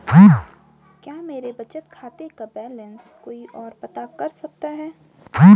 क्या मेरे बचत खाते का बैलेंस कोई ओर पता कर सकता है?